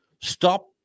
stop